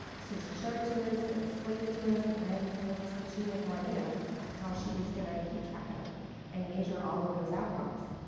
so she showed it to us, then explained it to us and then told us that she had no idea how she was going to keep track of and measure all of those outcomes.